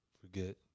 forget